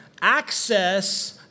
access